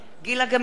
גילה גמליאל,